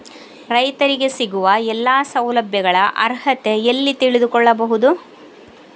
ರೈತರಿಗೆ ಸಿಗುವ ಎಲ್ಲಾ ಸೌಲಭ್ಯಗಳ ಅರ್ಹತೆ ಎಲ್ಲಿ ತಿಳಿದುಕೊಳ್ಳಬಹುದು?